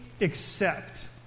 accept